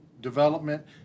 development